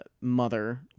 mother